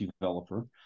developer